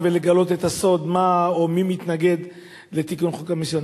ולגלות את הסוד מה או מי מתנגד לתיקון חוק המיסיון.